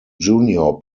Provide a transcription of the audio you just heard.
junior